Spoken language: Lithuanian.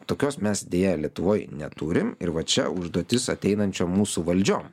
tokios mes deja lietuvoj neturim ir va čia užduotis ateinančiom mūsų valdžiom